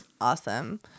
awesome